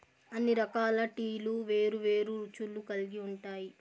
అన్ని రకాల టీలు వేరు వేరు రుచులు కల్గి ఉంటాయి